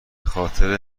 خاطر